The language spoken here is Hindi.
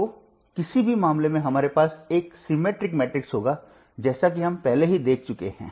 तो किसी भी मामले में हमारे पास एक सममित मैट्रिक्स होगा जैसा कि हम पहले ही देख चुके हैं